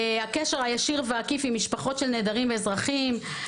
הקשר הישיר והעקיף עם משפחות של נעדרים ואזרחים.